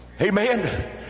Amen